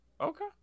Okay